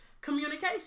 communication